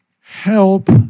Help